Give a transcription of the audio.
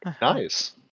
Nice